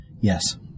Yes